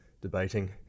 debating